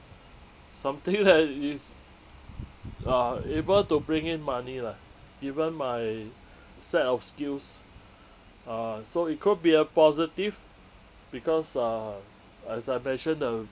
something that is uh able to bring in money lah even my set of skills uh so it could be a positive because uh as I mentioned the